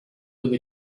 with